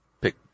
pick